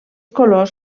colors